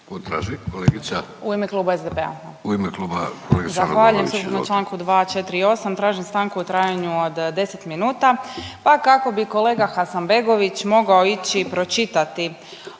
U ime kluba SDP-a./…